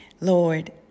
Lord